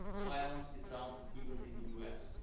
violence is down even in the us.